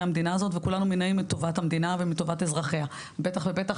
המדינה הזאת וכולנו מעוניינים בטובת המדינה וטובת אזרחיה בטח ובטח